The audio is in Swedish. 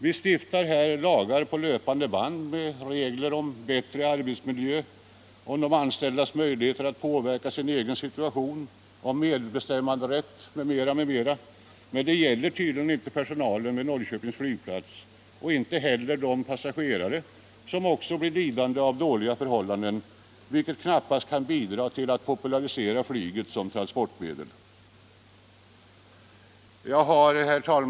Här stiftar vi lagar på löpande band med regler om bättre arbetsmiljö, om de anställdas möjligheter att påverka sin egen situation, om medbestämmanderätt osv. men det gäller tydligen inte för personalen vid Norrköpings flygplats och inte heller för passagerarna, som också blir lidande av de dåliga förhållandena. Detta kan knappast bidra till att popularisera flyget som transportmedel. Herr talman!